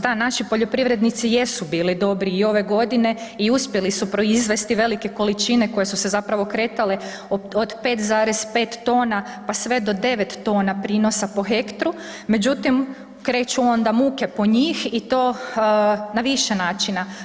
Da, naši poljoprivrednici jesu bili dobri i ove godine, i uspjeli su proizvesti velike količine koje su se zapravo kretale od 5,5 tona pa sve do 9 tona prinosa po hektru, međutim kreću onda muke po njih, i to na više načina.